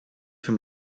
für